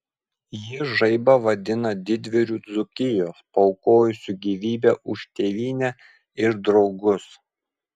ji žaibą vadina didvyriu dzūkijos paaukojusiu gyvybę už tėvynę ir draugus